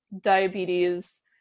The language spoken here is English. diabetes